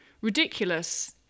ridiculous